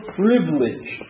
privilege